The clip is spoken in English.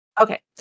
Okay